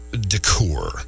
decor